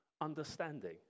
understanding